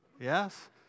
Yes